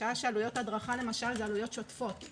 בשעה שעלויות ההדרכה למשל הן עלויות שוטפות,